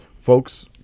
folks